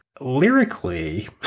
lyrically